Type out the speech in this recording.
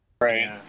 Right